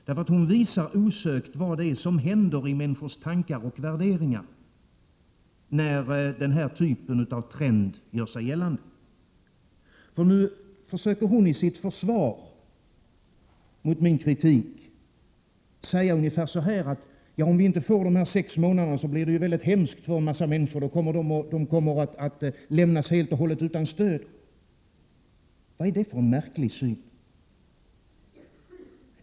Hon visar nämligen osökt vad det är som händer i människors tankar och värderingar när den här typen av trend gör sig gällande. Hon säger nu i sitt försvar mot min kritik att det blir hemskt för en massa människor om inte förslaget om sex månader genomförs, att de kommer att lämnas helt och hållet utan stöd. Vad är det för märklig syn?